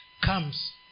comes